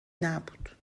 نبود